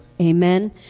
Amen